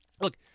Look